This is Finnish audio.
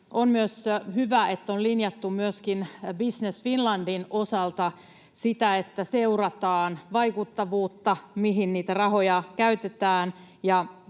On myös hyvä, että on linjattu myöskin Business Finlandin osalta siitä, että seurataan vaikuttavuutta, mihin niitä rahoja käytetään,